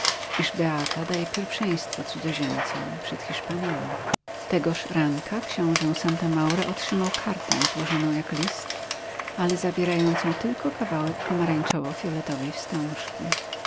iż beata daje pierwszeństwo cudzoziemcom przed hiszpanami tegoż ranka książę santa maura otrzymał kartę złożoną jak list ale zawierającą tylko kawałek pomarańczowo fioletowej wstążki